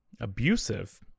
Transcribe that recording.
abusive